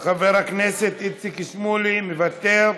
חבר הכנסת איציק שמולי, מוותר,